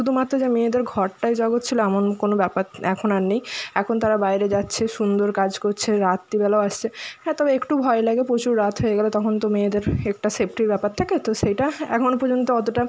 শুধুমাত্র যে মেয়েদের ঘরটাই জগত ছিল এমন কোনো ব্যাপার এখন আর নেই এখন তারা বাইরে যাচ্ছে সুন্দর কাজ করছে রাত্রিবেলাও আসছে হ্যাঁ তবে একটু ভয় লাগে প্রচুর রাত হয়ে গেলে তখন তো মেয়েদের একটা সেফটির ব্যাপার থাকে তো সেটা এখন পর্যন্ত অতটা